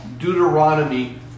Deuteronomy